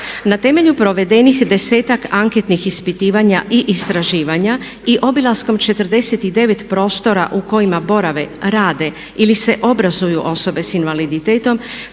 Na temelju provedenih 10-ak anketnih ispitivanja i istraživanja i obilaskom 49 prostora u kojima borave, rade ili se obrazuju osobe sa invaliditetom